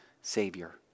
savior